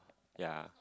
ya